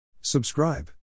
Subscribe